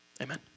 Amen